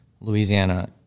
Louisiana